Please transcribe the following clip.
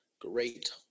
great